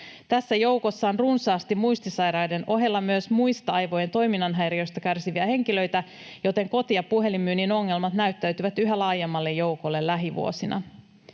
Tässä joukossa on muistisairaiden ohella myös runsaasti muista aivojen toiminnanhäiriöistä kärsiviä henkilöitä, joten koti- ja puhelinmyynnin ongelmat näyttäytyvät yhä laajemmalle joukolle lähivuosina.